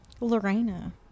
Lorena